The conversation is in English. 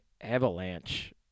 Avalanche